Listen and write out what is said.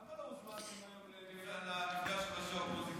למה לא הוזמנתם היום למפגש עם ראשי האופוזיציה?